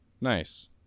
Nice